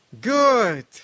Good